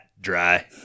dry